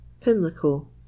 Pimlico